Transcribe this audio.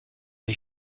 les